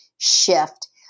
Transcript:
shift